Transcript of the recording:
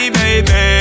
baby